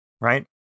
right